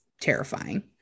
terrifying